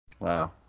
Wow